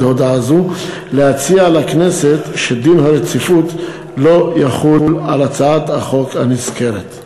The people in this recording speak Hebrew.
הודעה זו להציע לכנסת שדין הרציפות לא יחול על הצעת החוק הנזכרת.